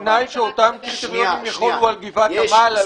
בתנאי שאותם כללים יחולו על גבעת עמל -- סליחה.